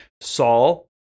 Saul